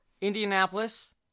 Indianapolis